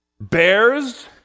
bears